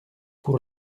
pour